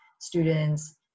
students